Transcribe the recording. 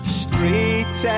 street